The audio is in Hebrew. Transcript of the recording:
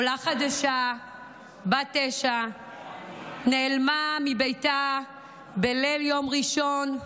עולה חדשה, בת תשע, נעלמה מביתה בליל יום ראשון,